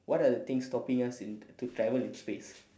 what are the things stopping us in to travel in space